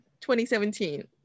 2017